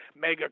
mega